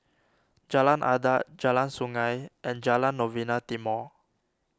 Jalan Adat Jalan Sungei and Jalan Novena Timor